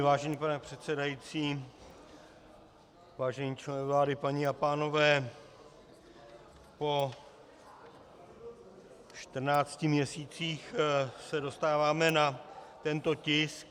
Vážený pane předsedající, vážení členové vlády, paní a pánové, po čtrnácti měsících se dostáváme na tento tisk.